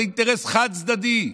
זה אינטרס חד-צדדי.